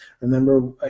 Remember